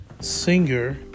singer